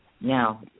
Now